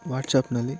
ವಾಟ್ಸ್ಆ್ಯಪ್ನಲ್ಲಿ